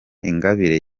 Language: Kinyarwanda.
ingabire